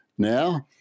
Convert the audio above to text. now